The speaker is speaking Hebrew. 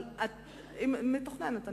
אבל מתוכננת.